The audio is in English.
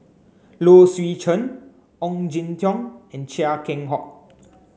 Low Swee Chen Ong Jin Teong and Chia Keng Hock